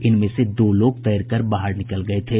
इनमें से दो लोग तैरकर बाहर निकल गये थे